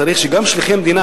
צריך שגם שליחי מדינה,